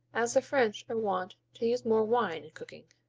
as the french are wont to use more wine in cooking.